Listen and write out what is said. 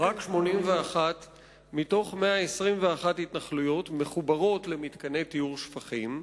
שרק 81 מתוך 121 התנחלויות מחוברות למתקני טיהור שפכים,